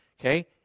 okay